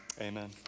Amen